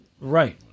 Right